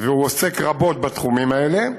והוא עוסק רבות בתחומים האלה,